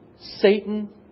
Satan